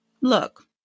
Look